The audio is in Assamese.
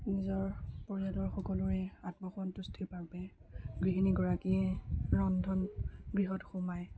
নিজৰ পৰিয়ালৰ সকলোৰে আত্মসন্তুষ্টিৰ বাবে গৃহিণীগৰাকীয়ে ৰন্ধন গৃহত সোমায়